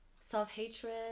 self-hatred